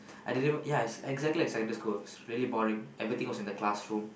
I didn't even yes it's exactly like secondary school it's really boring everything was in the classroom